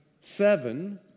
seven